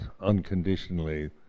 unconditionally